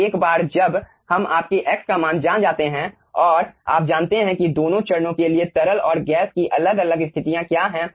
तो एक बार जब हम आपके x का मान जान जाते हैं और आप जानते हैं कि दोनों चरणों के लिए तरल और गैस की अलग अलग स्थितियां क्या हैं